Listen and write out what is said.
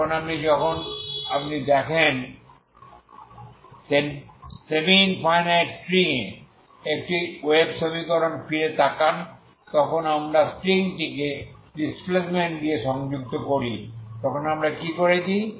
যখন আপনি যখন দেখেন সেমি ইনফাইনাইট স্ট্রিং এ একটি ওয়েভ সমীকরণে ফিরে তাকান যখন আমরা স্ট্রিংটিকে ডিসপ্লেসমেন্ট দিয়ে সংযুক্ত করি তখন আমরা কি করেছি